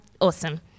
Awesome